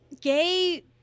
gay